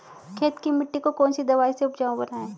खेत की मिटी को कौन सी दवाई से उपजाऊ बनायें?